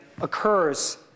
occurs